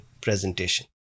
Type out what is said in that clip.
presentation